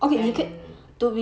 and